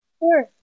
Sure